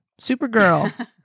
Supergirl